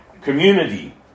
community